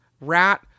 rat